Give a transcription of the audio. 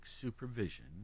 supervision